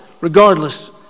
Regardless